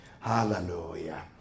Hallelujah